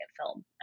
film